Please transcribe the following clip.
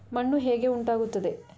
ಮಣ್ಣು ಹೇಗೆ ಉಂಟಾಗುತ್ತದೆ?